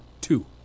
Two